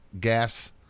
gas